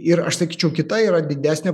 ir aš sakyčiau kita yra didesnė